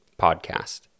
podcast